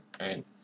Right